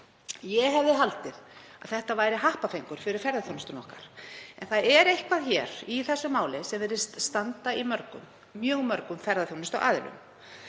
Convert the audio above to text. Ég hefði haldið að þetta væri happafengur fyrir ferðaþjónustuna okkar en það er eitthvað í þessu máli sem virðist standa í mjög mörgum ferðaþjónustuaðilum.